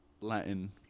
Latin